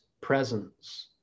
presence